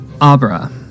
Abra